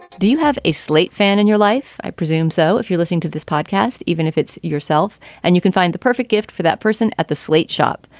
do you have a slate fan in your life? i presume so. if you're listening to this podcast, even if it's yourself and you can find the perfect gift for that person at the slate shop.